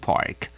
Park